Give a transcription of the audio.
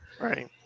Right